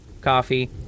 coffee